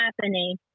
happening